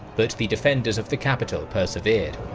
but the defenders of the capital persevered.